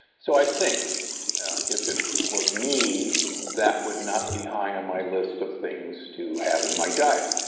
so i think if it was me, that would not be high on my list of things to have in my diet.